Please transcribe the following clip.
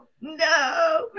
no